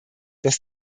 dass